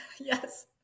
Yes